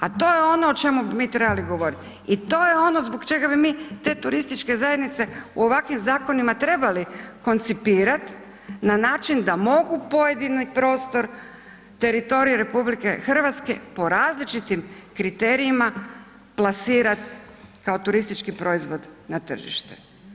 A to je ono o čemu bi mi trebali govoriti i to je ono zbog čega bi mi te turističke zajednice u ovakvim zakonima trebali koncipirati na način da mogu pojedini prostor teritorija RH po različitim kriterijima plasirati kao turistički proizvod na tržište.